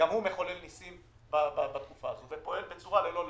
מחולל ניסים ופועל ללא לאות.